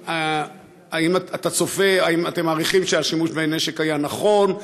האם אתם מעריכים שהשימוש בנשק היה נכון?